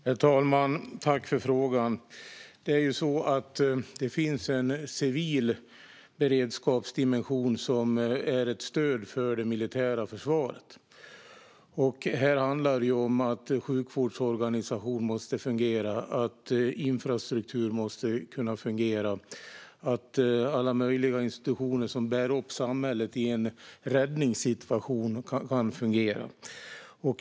Herr talman! Tack för frågan! Det finns en civil beredskapsdimension som är ett stöd för det militära försvaret. Här handlar det om att sjukvårdsorganisation och infrastruktur måste kunna fungera och att alla möjliga organisationer som bär upp samhället i en räddningssituation kan fungera.